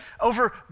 over